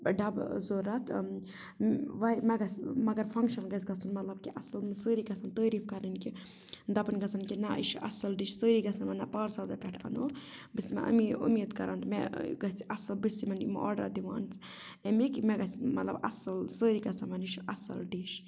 ڈَبہٕ ضوٚرَتھ واریاہ مےٚ گَژھِ مگر فَنٛگشَن گژھِ گژھُن مطلب کہِ اَصٕل سٲری گژھن تٲریٖف کَرٕنۍ کہِ دَپُن گژھن کہِ نہ یہِ چھُ اَصٕل ڈِش سٲری گژھن وَن نہ پارسَازَس پٮ۪ٹھ اَنوو بہٕ چھَس مےٚ اَمی اُمید کَران مےٚ گَژھِ اَصٕل بہٕ چھَس یِمَن یِم آرڈَر دِوان اَمِکۍ مےٚ گَژھِ مطلب اَصٕل سٲری گژھن وَنٕنۍ یہِ چھُ اَصٕل ڈِش